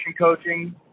coaching